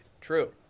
True